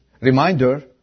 Reminder